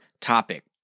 topic